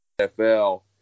NFL